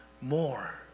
more